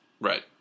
Right